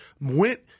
went